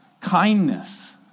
kindness